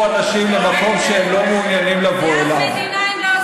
רק במדינת ישראל.